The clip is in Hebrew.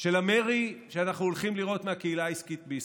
של המרי שאנחנו הולכים לראות מהקהילה העסקית בישראל.